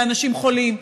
באנשים חולים,